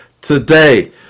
today